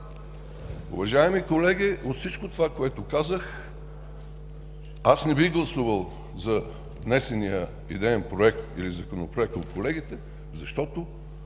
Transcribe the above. Уважаеми колеги, от всички това, което казах, аз не бих гласувал за внесения идеен проект или Законопроект от колегите, защото,